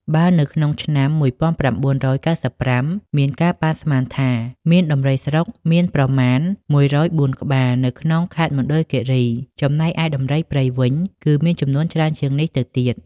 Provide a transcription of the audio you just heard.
បើនៅក្នុងឆ្នាំ១៩៩៥ មានការប៉ាន់ស្មានថាមានដំរីស្រុកមានប្រមាណ ១០៤ ក្បាលនៅក្នុងខេត្តមណ្ឌលគិរី ចំណែកឯដំរីព្រៃវិញគឺមានចំនួនច្រើនជាងនេះទៅទៀត។